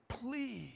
Please